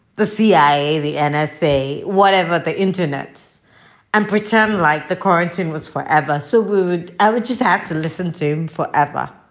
the cia, the and nsa, whatever the internets and pretend like the quarantine was forever so rude. i would just act and listen to for ever